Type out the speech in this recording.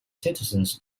citizens